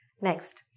Next